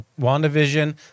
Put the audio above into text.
WandaVision